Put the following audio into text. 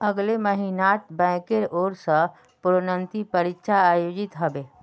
अगले महिनात बैंकेर ओर स प्रोन्नति परीक्षा आयोजित ह बे